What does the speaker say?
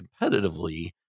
competitively